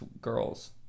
girls